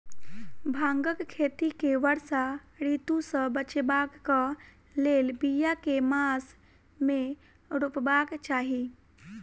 भांगक खेती केँ वर्षा ऋतु सऽ बचेबाक कऽ लेल, बिया केँ मास मे रोपबाक चाहि?